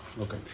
Okay